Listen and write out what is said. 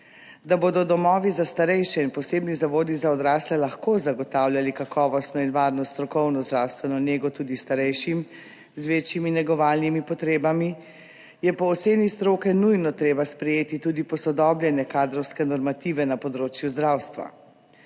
Da bodo domovi za starejše in posebni zavodi za odrasle lahko zagotavljali kakovostno in varno strokovno zdravstveno nego tudi starejšim z večjimi negovalnimi potrebami, je po oceni stroke nujno treba sprejeti tudi posodobljene kadrovske normative na področju zdravstva.